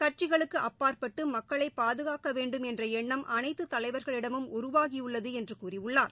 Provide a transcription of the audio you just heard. கட்சிகளுக்கு அப்பாற்பட்டுமக்களைபாதுகாக்கவேண்டும் என்றஎண்ணம் அனைத்துதலைவர்களிடமும் உருவாகியுள்ளதுஎன்றுகூறியுள்ளார்